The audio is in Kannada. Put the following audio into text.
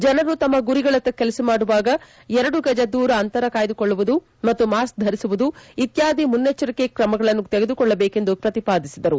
ಜನರು ತಮ್ಮ ಗುರಿಗಳತ್ತ ಕೆಲಸ ಮಾಡುವಾಗ ಎರಡು ಗಜ ದೂರ ಅಂತರ ಕಾಯ್ದುಕೊಳ್ಳುವುದು ಮತ್ತು ಮಾಸ್ಕ್ ಧರಿಸುವುದು ಇತ್ವಾದಿ ಮುನ್ನಚ್ವರಿಕೆಗಳನ್ನು ತೆಗೆದುಕೊಳ್ಳಬೇಕು ಎಂದು ಪ್ರತಿಪಾದಿಸಿದರು